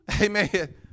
Amen